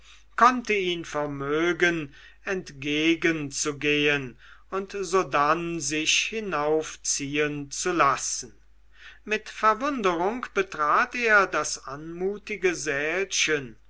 konnte ihn vermögen entgegenzugehen und sodann sich hinaufziehen zu lassen mit verwunderung betrat er das anmutige sälchen